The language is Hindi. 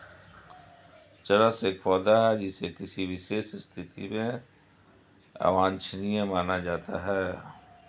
चरस एक पौधा है जिसे किसी विशेष स्थिति में अवांछनीय माना जाता है